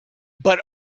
but